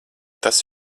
tas